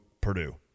Purdue